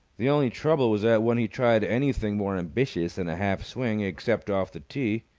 the only trouble was that, when he tried anything more ambitious than a half-swing, except off the tee,